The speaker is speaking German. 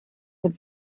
uns